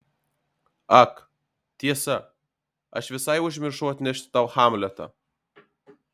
ak tiesa aš visai užmiršau atnešti tau hamletą